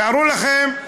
תארו לכם,